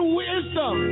wisdom